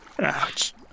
Ouch